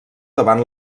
davant